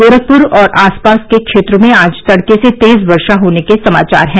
गोरखपुर और आसपास के क्षेत्रों में आज तड़के से तेज वर्षा होने के समाचार हैं